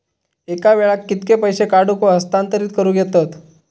एका वेळाक कित्के पैसे काढूक व हस्तांतरित करूक येतत?